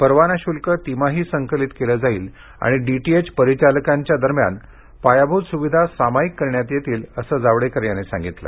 परवाना शुल्क तिमाही संकलित केले जाईल आणि डीटीएच परिचालकांच्या दरम्यान पायाभूत सुविधा सामायिक करण्यात येतील असे जावडेकर यांनी सांगितले